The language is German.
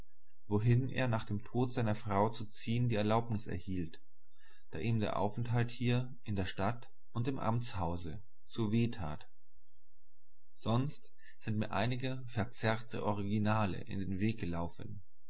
wohin er nach dem tode seiner frau zu ziehen die erlaubnis erhielt da ihm der aufenthalt hier in der stadt und im amthause zu weh tat sonst sind mir einige verzerrte originale in den weg gelaufen